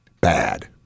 Bad